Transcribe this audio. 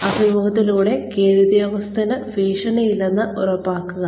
അഭിമുഖത്തിനിടെ കീഴുദ്യോഗസ്ഥന് ഭീഷണിയില്ലെന്ന് ഉറപ്പാക്കുക